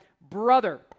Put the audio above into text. brother